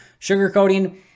sugarcoating